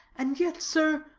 and yet, sir,